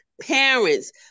parents